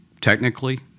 technically